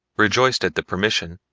rejoiced at the permission,